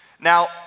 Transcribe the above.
Now